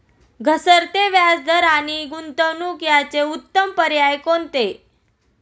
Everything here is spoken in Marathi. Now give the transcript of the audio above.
घसरते व्याजदर आणि गुंतवणूक याचे उत्तम पर्याय कोणते?